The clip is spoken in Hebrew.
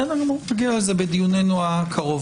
בסדר גמור, נגיע לזה בדיוננו הקרוב.